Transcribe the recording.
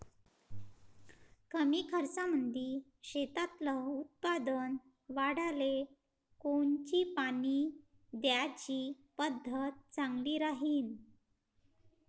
कमी खर्चामंदी शेतातलं उत्पादन वाढाले कोनची पानी द्याची पद्धत चांगली राहीन?